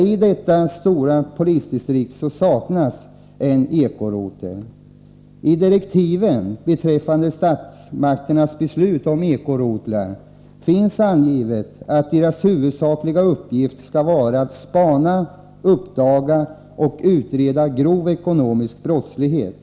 I detta stora polisdistrikt saknas alltså en eko-rotel. Beträffande statsmakternas beslut om eko-rotlar anges i direktiven att deras huvudsakliga uppgift skall vara att spana, uppdaga och utreda grov ekonomisk brottslighet.